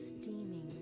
steaming